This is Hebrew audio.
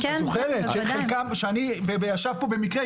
את זוכרת שישב פה במקרה,